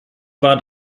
war